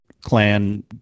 clan